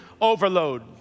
Overload